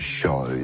show